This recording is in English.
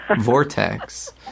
vortex